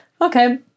okay